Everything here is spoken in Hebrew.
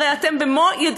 הרי אתם במו-ידיכם,